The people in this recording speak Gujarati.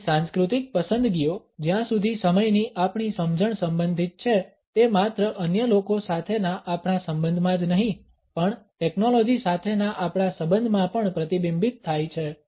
આપણી સાંસ્કૃતિક પસંદગીઓ જ્યાં સુધી સમયની આપણી સમજણ સંબંધિત છે તે માત્ર અન્ય લોકો સાથેના આપણા સંબંધમાં જ નહીં પણ ટેકનોલોજી સાથેના આપણા સંબંધમાં પણ પ્રતિબિંબિત થાય છે